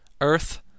earth